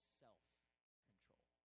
self-control